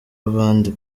b’abandi